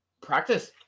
practice